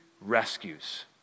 rescues